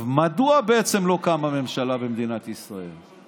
מדוע לא קמה ממשלה במדינת ישראל?